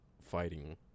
fighting